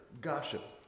gossip